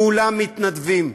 כולם מתנדבים,